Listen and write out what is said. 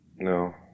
No